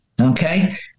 okay